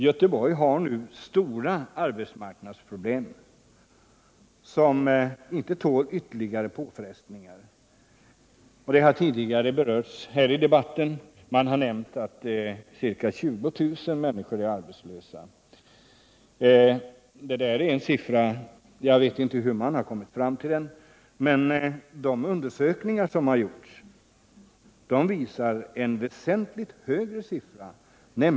Göteborg har nu stora arbetsmarknadsproblem som inte tål ytterligare påfrestningar. Det har tidigare berörts här i debatten. Man har nämnt 20 000 arbetslösa. Jag vet inte hur man kommit fram till den siffran, men de undersökningar som gjorts visar en väsentligt högre siffra.